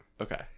okay